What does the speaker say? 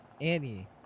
Annie